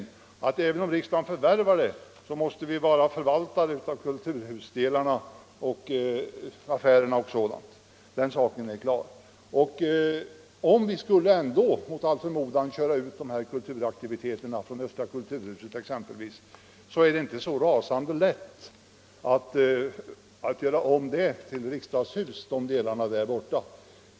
Om riksdagen förvärvar huset måste vi vara förvaltare av kulturhusdelarna, affärslokalerna och sådant. Den saken är klar. Om vi ändå mot all förmodan skulle köra ut dessa kulturaktiviteter exempelvis från östra Kulturhuset, är det inte så rasande lätt att göra om det huset till riksdagshus.